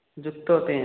ଯୁକ୍ତ ତିନି